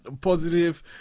positive